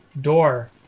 door